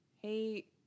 Hey